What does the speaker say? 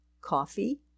coffee